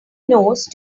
nose